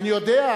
אני יודע.